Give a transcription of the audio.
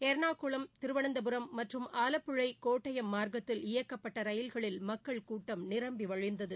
ள்ணாகுளம் திருவனந்தபுரம் மற்றும் ஆவப்புழை கோட்டயம் மார்க்கத்தில் இயக்கப்பட்ட ரயில்களில் மக்கள் கூட்டம் நிரம்பி வழிந்தது